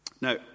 Now